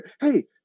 hey